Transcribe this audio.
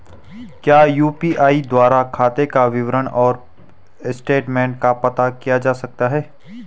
क्या यु.पी.आई द्वारा खाते का विवरण और स्टेटमेंट का पता किया जा सकता है?